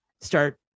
start